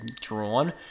drawn